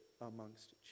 amongst